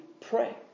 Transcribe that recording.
pray